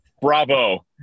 Bravo